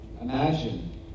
Imagine